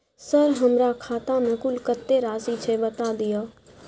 Sir हमरा खाता में कुल कत्ते राशि छै बता दिय?